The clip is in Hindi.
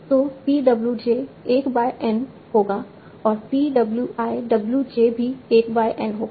तो P w j 1 by n होगा और P w i w j भी 1 बाय n होगा